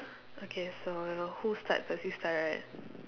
okay so who start first you start right